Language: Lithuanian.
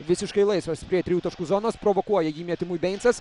visiškai laisvas prie trijų taškų zonos provokuoja jį metimui beincas